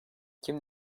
kim